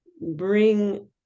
bring